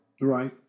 Right